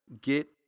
get